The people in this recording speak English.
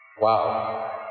Wow